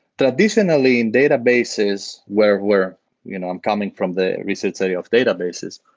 traditionally, in databases, where where you know i'm coming from the research study of databases.